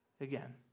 again